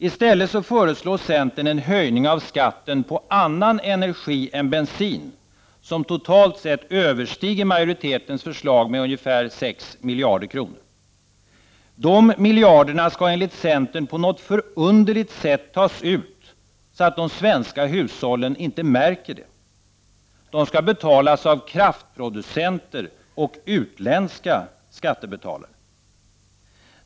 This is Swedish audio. I stället föreslår centern en höjning av skatten på annan energi än bensin, som totalt sett överstiger majoritetens förslag med ca 6 miljarder kronor. De miljarderna skall enligt centern på något förunderligt sätt tas ut så att de svenska hushållen inte märker det. De skall betalas av kraftproducenter och utländska skattebetalare.